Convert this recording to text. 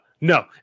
no